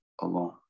alone